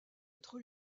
être